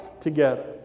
together